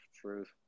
truth